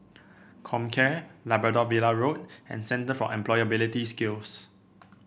Comcare Labrador Villa Road and Centre for Employability Skills